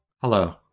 Hello